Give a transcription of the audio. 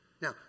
Now